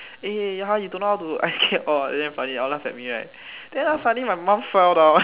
eh !huh! you don't know how to ice skate all damn funny all laugh at me right then ah very funny suddenly my mum fell down eh